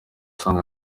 asanga